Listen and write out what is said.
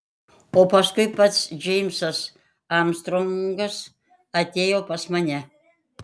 o paskui pats džeimsas armstrongas atėjo pas mane